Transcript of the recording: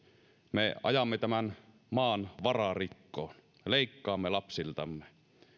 me ajamme tämän maan vararikkoon leikkaamme lapsiltamme